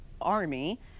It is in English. Army